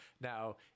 Now